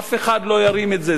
אף אחד לא ירים את זה.